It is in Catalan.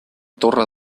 torre